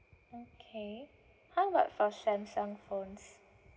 okay how about for Samsung phones